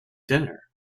dinner